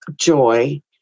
joy